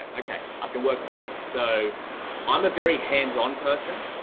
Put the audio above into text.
ah okay, i can work backwards. so i'm a very hands on person.